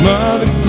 Mother